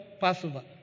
Passover